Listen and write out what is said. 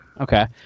Okay